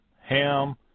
Ham